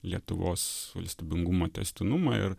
lietuvos valstybingumo tęstinumą ir